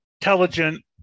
intelligent